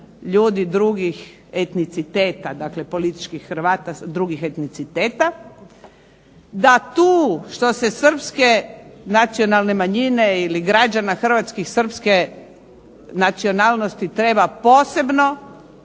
ljudi drugih etniciteta, dakle političkih Hrvata, drugih etniciteta, da tu što se srpske nacionalne manjine ili građana hrvatskih srpske nacionalnosti treba posvetiti